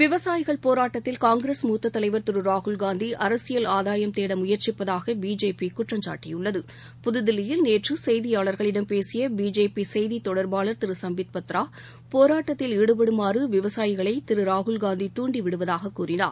விவசாயிகள் போராட்டத்தில் காங்கிரஸ் முத்ததலைவர் திருராகுல்காந்திஅரசியல் ஆதாயம் தேடமுயற்சிப்பதாகபிஜேபிகுற்றம் சாட்டியுள்ளது புதுதில்லியில் நேற்றுசெய்தியாளர்களிடம் பேசியபிஜேபிசெய்தித் தொடர்பாளர் திருசம்பித் பத்ரா போராட்டத்தில் ஈடுபடுமாறுவிவசாயிகளைதிருராகுல்காந்தி தூண்டிவிடுவதாகக் கூறினார்